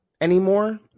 anymore